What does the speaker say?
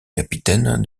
capitaine